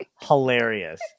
hilarious